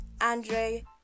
Andre